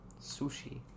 Sushi